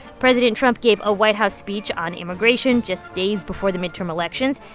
president trump gave a white house speech on immigration just days before the midterm elections.